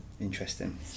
Interesting